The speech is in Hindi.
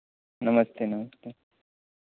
नमस्ते नमस्ते